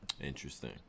interesting